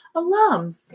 alums